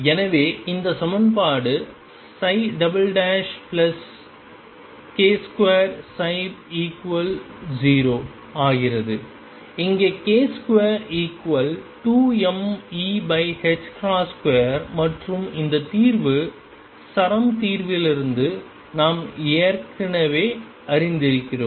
எனவே இந்த சமன்பாடு k2ψ0 ஆகிறது இங்கு k22mE2 மற்றும் இந்த தீர்வு சரம் தீவிலிருந்து நாம் ஏற்கனவே அறிந்திருக்கிறோம்